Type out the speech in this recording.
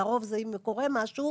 לרוב זה אם קורה משהו,